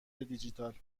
دیجیتال